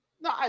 No